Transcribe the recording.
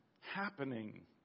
happening